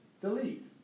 delete